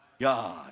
God